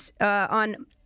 on